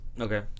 Okay